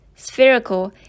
Spherical